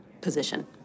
position